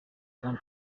jean